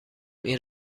این